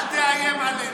אל תאיים עלינו.